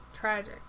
Tragic